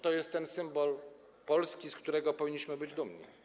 To jest ten symbol Polski, z którego powinniśmy być dumni.